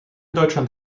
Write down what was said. deutschland